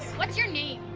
what's your name?